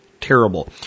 terrible